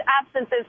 absences